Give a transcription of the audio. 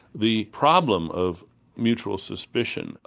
the problem of mutual suspicion,